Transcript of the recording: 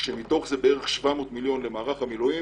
כשמתוך זה כ-700 מיליון למערך המילואים